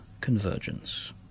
Convergence